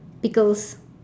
pickles